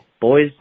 Boys